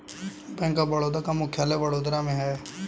bank of Baroda का मुख्यालय वडोदरा में है